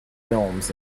films